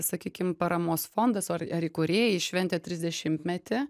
sakykim paramos fondas o ar ar įkūrėjai šventė trisdešimtmetį